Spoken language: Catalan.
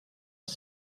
els